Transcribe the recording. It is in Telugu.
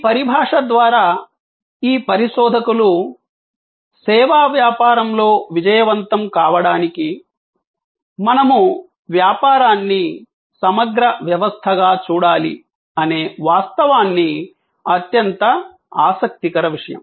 ఈ పరిభాష ద్వారా ఈ పరిశోధకులు సేవా వ్యాపారంలో విజయవంతం కావడానికి మనము వ్యాపారాన్ని సమగ్ర వ్యవస్థగా చూడాలి అనే వాస్తవాన్ని అత్యంత ఆసక్తికర విషయం